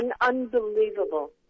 Unbelievable